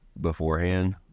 beforehand